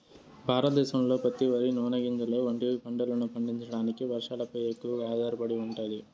భారతదేశంలో పత్తి, వరి, నూనె గింజలు వంటి పంటలను పండించడానికి వర్షాలపై ఎక్కువగా ఆధారపడి ఉంటాది